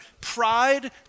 Pride